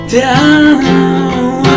down